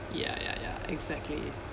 ya ya ya exactly